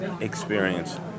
experience